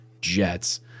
Jets